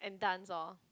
and dance lor